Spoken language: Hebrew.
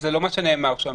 זה לא מה שנאמר שם.